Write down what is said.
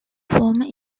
former